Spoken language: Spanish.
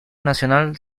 nacional